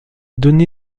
donné